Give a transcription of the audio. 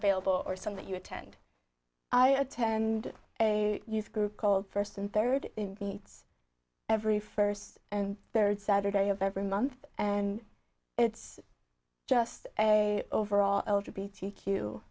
available or something you attend i attend a youth group called first and third it's every first and third saturday of every month and it's just a overall